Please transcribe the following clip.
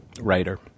writer